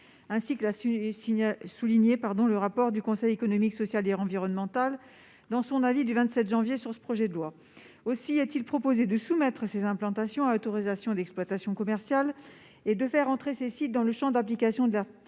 souligné le Conseil économique, social et environnemental (CESE) dans son avis du 27 janvier dernier relatif à ce projet de loi. Aussi est-il proposé de soumettre ces implantations à une autorisation d'exploitation commerciale et de faire entrer ces sites dans le champ d'application de l'article